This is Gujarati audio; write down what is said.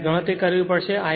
ત્યારે ગણતરી કરવી પડશે